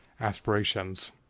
aspirations